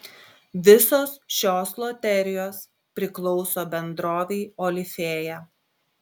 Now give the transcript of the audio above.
visos šios loterijos priklauso bendrovei olifėja